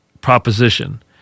proposition